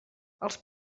els